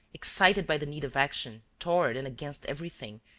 excited by the need of action, toward and against everything,